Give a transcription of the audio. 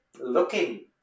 looking